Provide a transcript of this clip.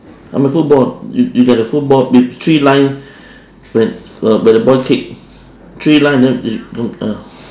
I'm at football you you get the football with three line where uh where the boy kick three line then ah